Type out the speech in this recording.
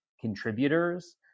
contributors